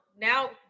now